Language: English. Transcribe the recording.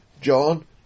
John